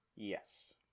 Yes